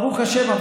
ברוך השם,